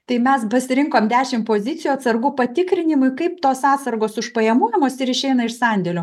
tai mes pasirinkom dešim pozicijų atsargų patikrinimui kaip tos atsargos užpajamuojamos ir išeina iš sandėlio